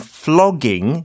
flogging